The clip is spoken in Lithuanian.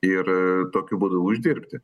ir tokiu būdu uždirbti